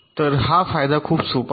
तर हा फायदा खूप सोपा आहे